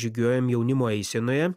žygiuojam jaunimo eisenoje